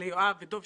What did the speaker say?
אתה טייס,